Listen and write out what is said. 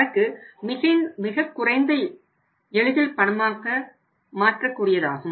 சரக்கு மிகக்குறைந்த எளிதில் பணமாக மாற்ற முடியாததாகும்